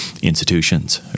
institutions